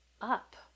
up